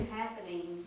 happening